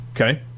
okay